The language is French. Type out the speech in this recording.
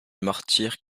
martyr